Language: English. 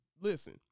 listen